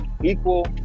equal